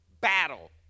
battle